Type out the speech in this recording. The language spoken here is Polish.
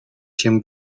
się